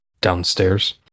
downstairs